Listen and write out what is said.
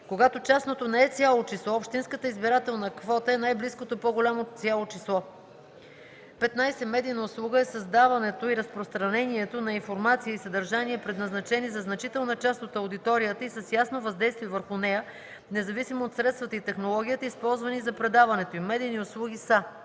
Когато частното не е цяло число, общинската избирателна квота е най-близкото по-голямо цяло число. 15. „Медийна услуга” е създаването и разпространението на информация и съдържание, предназначени за значителна част от аудиторията и с ясно въздействие върху нея, независимо от средствата и технологията, използвани за предаването им. Медийни услуги са: